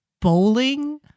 bowling